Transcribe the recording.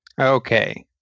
Okay